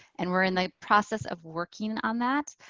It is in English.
and we're in the process of working on that.